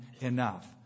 enough